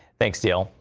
thanks, dale.